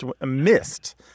missed